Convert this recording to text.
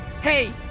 hey